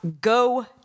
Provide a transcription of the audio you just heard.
Go